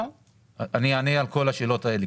אני אענה על כל השאלות האלה.